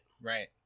right